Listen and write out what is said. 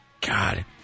God